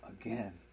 again